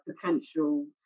potential